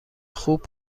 خوب